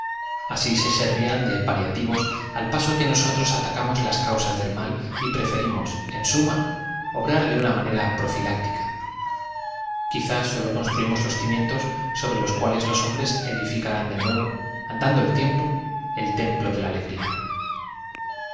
sí se servían de pa líatlvob al paso que nosotros atacamos las causas del mal y preferimos en suma obrar de una manera pro flláctica quizá sólo construimos los cimientos sobre los cuales los hombres ediñcarán de nuevo andando el tiempo el templo de la alegría